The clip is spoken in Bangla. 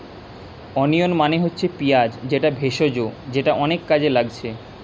ওনিয়ন মানে হচ্ছে পিঁয়াজ যেটা ভেষজ যেটা অনেক কাজে লাগছে